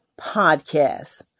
podcast